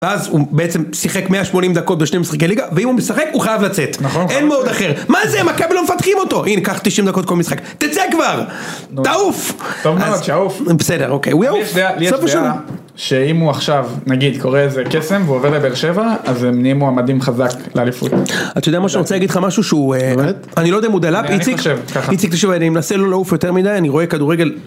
ואז הוא בעצם שיחק 180 דקות בשני משחקי ליגה, ואם הוא משחק הוא חייב לצאת. נכון, חייב לצאת. אין מוד אחר. מה זה הם, מכבי לא מפנקים אותו! הנה, קח 90 דקות כל משחק. תצא כבר! תעוף! טוב מאוד, שיעוף. בסדר, אוקיי, הוא יעוף. לי יש דעה, לי יש דעה, שאם הוא עכשיו, נגיד, קורה איזה קסם, והוא עובר לבאר שבע, אז הם נהיים מועמדים חזק לאליפות. אתה יודע משהו, אני רוצה להגיד לך משהו שהוא... אני לא יודע אם הוא דל"פ, איציק, איציק תקשיב, אני מנסה לא לעוף יותר מדי, אני רואה כדורגל.